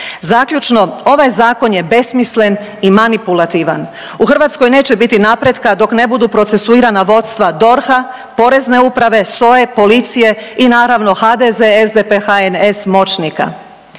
Zaključno. Ovaj zakon je besmislen i manipulativan. U Hrvatskoj neće biti napretka dok ne budu procesuirana vodstva DORH-a, Porezne uprave, SOA-e, policije i naravno HDZ, SDP, HNS moćnika.